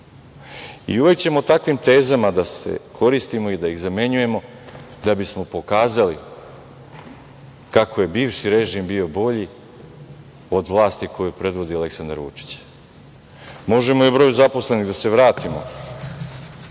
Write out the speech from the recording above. ćemo takvim tezama da se koristimo i da ih zamenjujemo, da bismo pokazali kako je bivši režim bio bolji od vlasti koju predvodi Aleksandar Vučić. Možemo da se vratimo